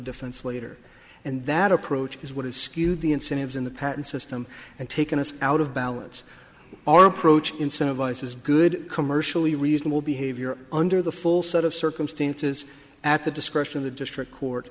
defense later and that approach is what is skewed the incentives in the patent system and taking us out of balance our approach incentivizes good commercially reasonable behavior under the full set of circumstances at the discretion of the district court